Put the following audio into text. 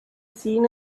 seen